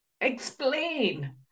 explain